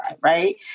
Right